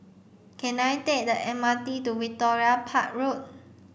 can I take the M R T to Victoria Park Road